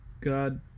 God